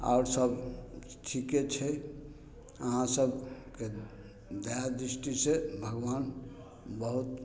आओर सब ठीके छै अहाँ सबके दया दृष्टिसँ भगवान बहुत